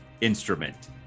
instrument